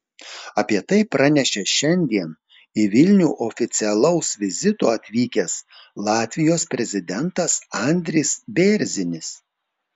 apie tai pranešė šiandien į vilnių oficialaus vizito atvykęs latvijos prezidentas andris bėrzinis